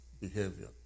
behavior